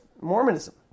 Mormonism